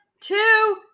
two